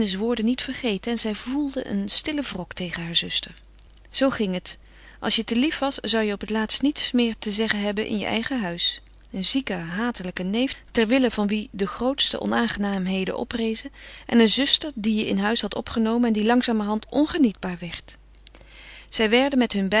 woorden niet vergeten en zij voedde een stillen wrok tegen hare zuster zoo ging het als je te lief was zou je op het laatst niets meer te zeggen hebben in je eigen huis een ziekelijke akelige neef terwille van wien de grootste onaangenaamheden oprezen en een zuster die je in huis hadt opgenomen en die langzamerhand ongenietbaar werd zij werden met hun